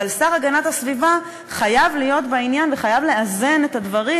אבל השר להגנת הסביבה חייב להיות בעניין וחייב לאזן את הדברים,